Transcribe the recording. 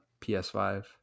ps5